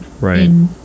right